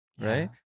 right